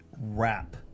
wrap